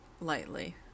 lightly